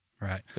Right